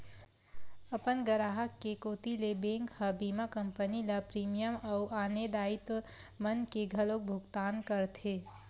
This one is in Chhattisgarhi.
अपन गराहक के कोती ले बेंक ह बीमा कंपनी ल प्रीमियम अउ आने दायित्व मन के घलोक भुकतान करथे